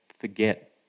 forget